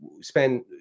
spend